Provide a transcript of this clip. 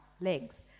legs